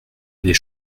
les